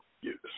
use